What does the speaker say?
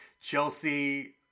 Chelsea